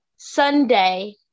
Sunday